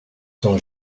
sans